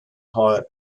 hire